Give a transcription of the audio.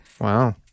Wow